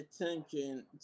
attention